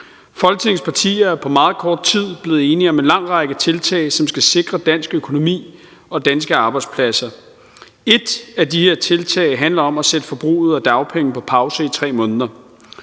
Folketingets partier er på meget kort tid blevet enige om en lang række tiltag, som skal sikre dansk økonomi og danske arbejdspladser. Et af de her tiltag handler om at sætte forbruget af dagpenge på pause i 3 måneder.